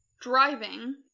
driving